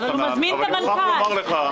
אבל, אני מוכרח לומר לך,